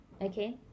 okay